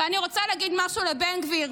ואני רוצה להגיד משהו לבן גביר: